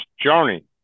journey